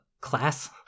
class